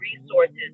resources